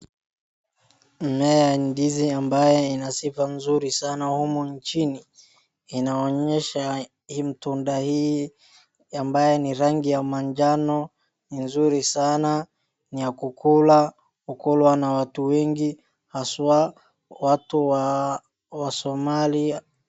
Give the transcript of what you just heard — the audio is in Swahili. Mmea ya ndizi ambaye ina sifa nzuri sana humu nchini, inaonyesha tunda hii ambayo ni rangi ya manjano nzuri sana, ni ya kukula, hukulwa na watu wengi haswaa watu wa Somali.